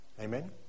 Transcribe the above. Amen